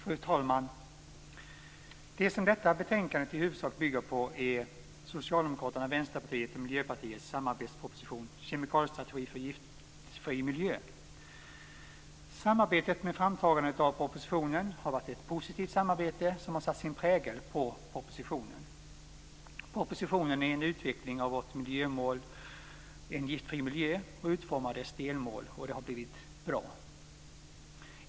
Fru talman! Det som detta betänkande i huvudsak bygger på är Socialdemokraternas, Vänsterpartiets och Miljöpartiets samarbetsproposition Kemikaliestrategi för Giftfri miljö. Samarbetet med framtagandet av propositionen har varit ett positivt samarbete som har satt sin prägel på propositionen. Propositionen är en utveckling av vårt miljömål om en giftfri miljö och utformar dess delmål. Det har blivit bra.